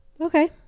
Okay